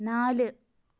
നാല്